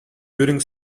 during